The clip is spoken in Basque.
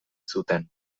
zuten